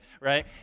right